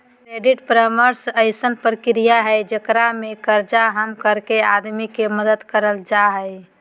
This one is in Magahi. क्रेडिट परामर्श अइसन प्रक्रिया हइ जेकरा में कर्जा कम करके आदमी के मदद करल जा हइ